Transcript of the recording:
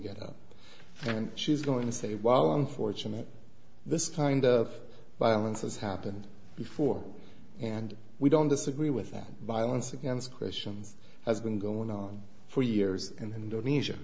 get out and she's going to say well unfortunately this kind of violence has happened before and we don't disagree with that violence against christians has been going on for years and indonesia